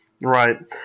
Right